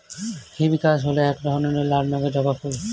hibiscus হল এক ধরনের লাল রঙের জবা ফুল